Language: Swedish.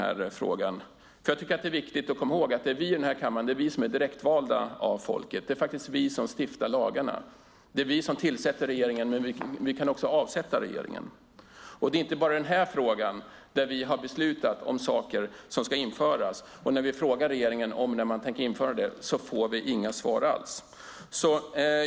Man ska komma ihåg att det är vi i kammaren som är direktvalda och som stiftar lagarna. Vi tillsätter regeringen, och vi kan också avsätta den. Det är inte bara på detta område vi har beslutat om saker som ska införas och inte får något svar från regeringen om när det ska ske.